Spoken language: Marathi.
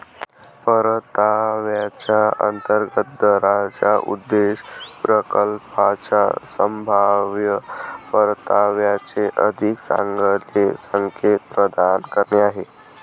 परताव्याच्या अंतर्गत दराचा उद्देश प्रकल्पाच्या संभाव्य परताव्याचे अधिक चांगले संकेत प्रदान करणे आहे